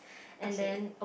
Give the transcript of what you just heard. okay